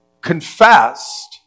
confessed